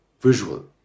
visual